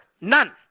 none